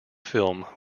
film